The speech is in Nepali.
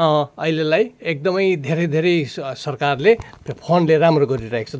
अहिलेलाई एकदमै धेरैधेरै सरकारले त्यो फोनले राम्रो गरिरहेको छ